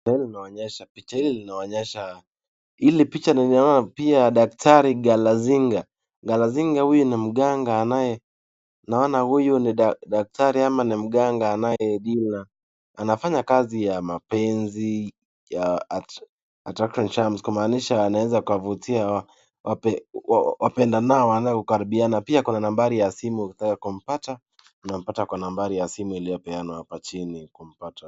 Picha hili inaonyesha. Hili picha ninaona pia daktari Galazinga. Galazinga huyu ni mganga anaye, naona huyu ni daktari ama ni mganga anayefanya kazi ya mapenzi ya attraction charms kumanisha anaweza akafutia wapendanao wanao karibiana. Pia kuna nambari ya simu ya kumpata na unampata kwa nambari ya simu iliyopeanwa hapa jini kumpata.